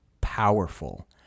powerful